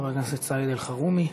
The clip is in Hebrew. חבר כנסת סעיד אלחרומי.